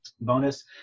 Bonus